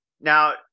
Now